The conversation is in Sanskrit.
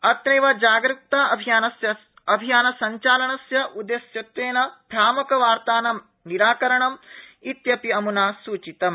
अत्रैव जागरुकताभियान सब्वालनस्य उद्देश्यत्वेन भ्रामकवार्तानां निराकरणम् इत्यपि अमुना सूचितम्